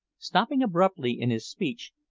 stopping abruptly in his speech,